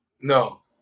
No